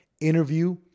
interview